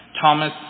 Thomas